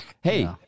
hey